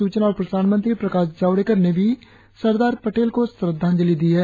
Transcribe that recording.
सूचना और प्रसारण मंत्री प्रकाश जावड़ेकर ने भी सरदार पटेल को श्रद्धांजलि दी है